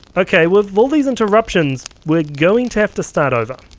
ok, with all these interruptions we're going to have to start over,